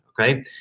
okay